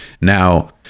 now